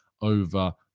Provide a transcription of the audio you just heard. over